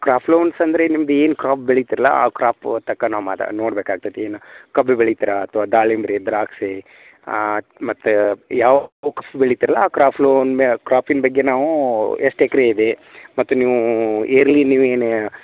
crop loans ಅಂದರೆ ನಿಮ್ದು ಏನು ಕ್ರಾಪ್ ಬೆಳಿತೀರಲ್ಲ ಆ ಕ್ರಾಪು ತಕ್ಕ ನಾವು ಮಾತು ನೋಡಬೇಕಾಗ್ತೇತಿ ಏನು ಕಬ್ಬು ಬೆಳಿತೀರ ಅಥವಾ ದಾಳಿಂಬೆ ದ್ರಾಕ್ಷಿ ಮತ್ತು ಯಾವ ಬೆಳಿತೀರಲ್ಲ ಆ ಕ್ರಾಪ್ ಲೋನ್ ಬೇ ಕ್ರಾಪಿನ ಬಗ್ಗೆ ನಾವು ಎಷ್ಟು ಎಕ್ರೆ ಇದೆ ಮತ್ತು ನೀವು ಇಯರ್ಲಿ ನೀವು ಏನು